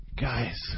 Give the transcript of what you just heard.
Guys